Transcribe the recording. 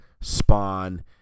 Spawn